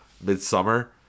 Midsummer